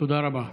תודה רבה.